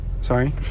Sorry